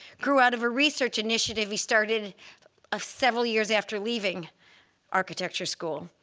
grew out of a research initiative he started ah several years after leaving architecture school.